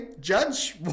Judge